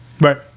Right